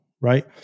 right